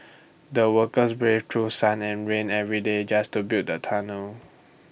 the worker brave through sun and rain every day just to build the tunnel